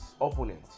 opponent